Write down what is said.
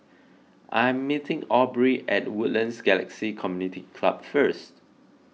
I am meeting Aubrie at Woodlands Galaxy Community Club first